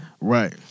right